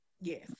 Yes